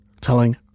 telling